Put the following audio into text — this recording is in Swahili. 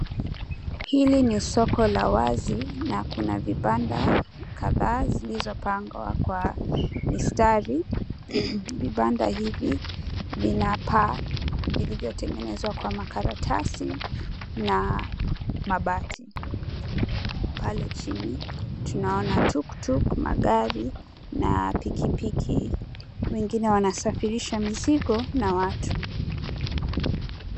Hili ni soko la wazi, na kuna vibanda kadhaa zilizopangwa kwa mistari. Vibanda hivi vina paa vilivyotengenezwa kwa makaratasi na mabati. Pale chini tunaona tuktuk , magari na pikipiki. Wengine wanasafirisha mizigo na watu.